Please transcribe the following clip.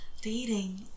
dating